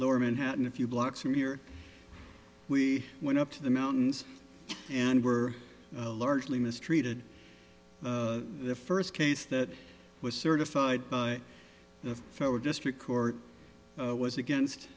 lower manhattan a few blocks from here we went up to the mountains and were largely mistreated the first case that was certified by the federal district court was against